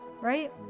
right